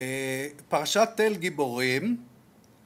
פרשת תל גיבורים